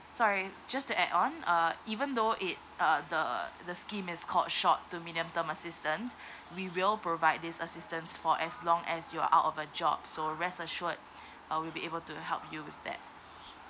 sorry just to add on uh even though it uh the the scheme is called short to medium term assistance we will provide this assistance for as long as you are out of a job so rest assured uh we'll be able to help you with that